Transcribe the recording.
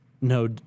no